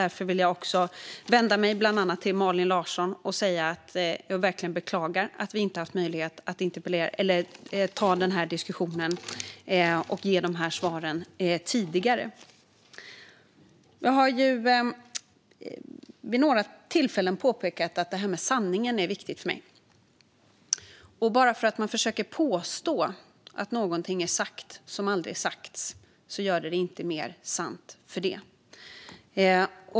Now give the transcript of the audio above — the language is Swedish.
Därför vill jag vända mig till bland annat Malin Larsson och säga att jag verkligen beklagar att jag inte haft möjlighet att ta diskussionen och ge de här svaren tidigare. Jag har ju vid några tillfällen påpekat att det här med sanningen är viktigt för mig. Att man försöker påstå att någonting är sagt som aldrig sagts gör det inte mer sant.